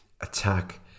attack